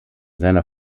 seiner